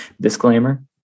Disclaimer